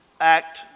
act